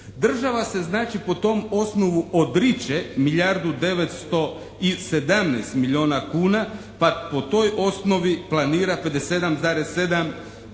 Država se znači po tom osnovu odriče milijardu 917 milijuna kuna pa po toj osnovi planira 57,7%